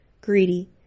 greedy